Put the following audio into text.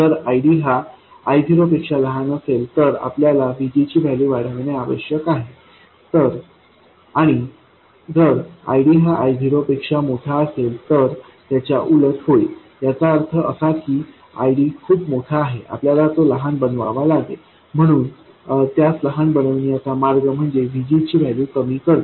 जर ID हा I0 पेक्षा लहान असेल तर आपल्याला VG ची व्हॅल्यू वाढविणे आवश्यक आहे आणि जर ID हा I0 पेक्षा मोठा असेल तर त्याच्या उलट होईल याचा अर्थ असा की ID खूप मोठा आहे आपल्याला तो लहान बनवावा लागेल म्हणून त्यास लहान बनवण्याचा मार्ग म्हणजे VG ची व्हॅल्यू कमी करणे